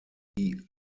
die